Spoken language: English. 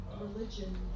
religion